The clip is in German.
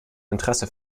interesse